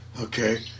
okay